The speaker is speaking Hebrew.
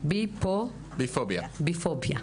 וביפוביה.